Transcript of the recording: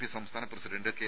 P സംസ്ഥാന president K